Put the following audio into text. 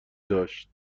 داشت